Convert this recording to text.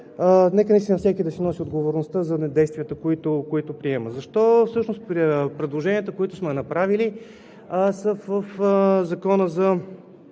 Така че нека всеки да носи отговорността за действията си. Защо всъщност предложенията, които сме направили, са в Закона за